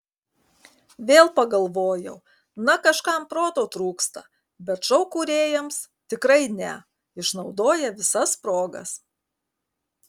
vėl pagalvojau na kažkam proto trūksta bet šou kūrėjams tikrai ne išnaudoja visas progas